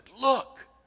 look